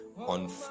on